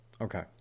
Okay